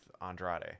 Andrade